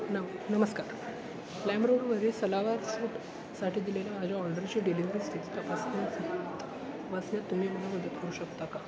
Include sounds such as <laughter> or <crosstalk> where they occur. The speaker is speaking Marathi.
नम नमस्कार लाइमरोडवरील सलवार सूटसाठी दिलेल्या माझ्या ऑर्डरची डिलिव्हरी स्थिती <unintelligible> तपासण्यात तुम्ही मला मदत करू शकता का